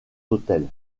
hôtels